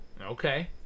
Okay